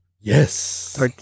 Yes